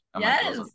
Yes